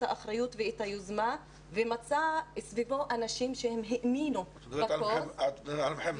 האחריות ואת היוזמה ומצא סביבו אנשים שהאמינו --- את מדברת על מוחמד.